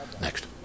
Next